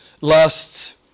lusts